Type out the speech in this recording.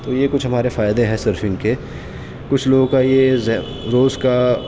تو یہ کچھ ہمارے فائدے ہیں سرفنگ کے کچھ لوگوں کا یہ روز کا